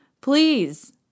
Please